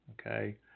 okay